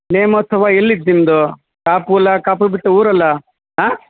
ನೇಮೋತ್ಸವ ಎಲ್ಲಿದು ನಿಮ್ದು ಕಾಪುನಲ್ಲ ಕಾಪುನಲ್ ಬಿಟ್ಟು ಊರಲ್ಲ ಹಾಂ